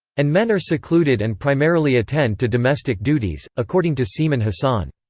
and men are secluded and primarily attend to domestic duties, according to seemin hasan.